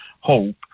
hope